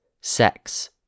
sex